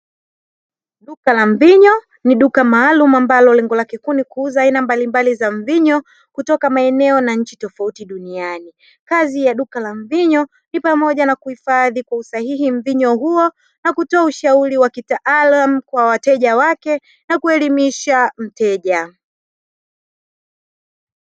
Duka la mvinyo ni duka maalumu ambalo lengo lake kuu ni kuuza aina mbalimbali za mvinyo kutoka maeneo na nchi tofauti duniani, kazi ya duka la mvinyo ni pamoja na kuhifadhi kwa usahihi mvinyo huo na kutoa ushauri wa kitaalamu kwa wateja wake na kuelimisha mteja.